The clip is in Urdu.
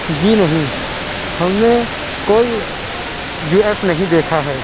جی نہیں ہم نے کوئی جیو ایپس نہیں دیکھا ہے